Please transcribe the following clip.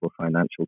financial